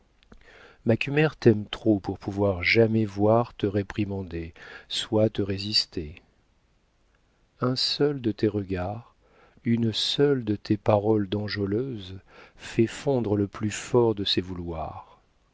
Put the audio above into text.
jalousie macumer t'aime trop pour pouvoir jamais soit te réprimander soit te résister un seul de tes regards une seule de tes paroles d'enjôleuse fait fondre le plus fort de ses vouloirs